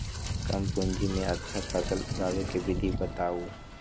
कम पूंजी में अच्छा फसल उगाबे के विधि बताउ?